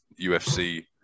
UFC